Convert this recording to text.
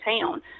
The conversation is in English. town